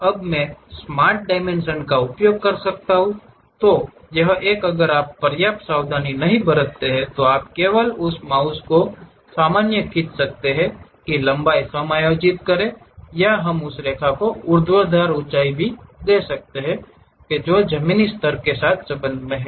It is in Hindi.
अब मैं अपने स्मार्ट डायमेंशन का उपयोग कर सकता हूं यह एक अगर आप पर्याप्त सावधानी बरतते हैं तो आप केवल इस माउस को सामान्य खींच सकते हैं कि लंबाई समायोजित करें या हम उस रेखा की ऊर्ध्वाधर ऊंचाई भी दे सकते हैं जो जमीनी स्तर के संबंध में है